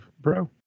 bro